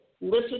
Listen